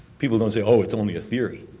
people don't say oh, it's only a theory.